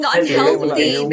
unhealthy